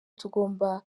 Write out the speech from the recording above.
tugomba